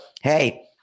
hey